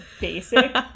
basic